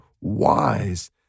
wise